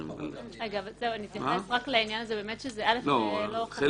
זהו, אני אתייחס רק לעניין הזה --- אני מודע.